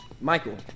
Michael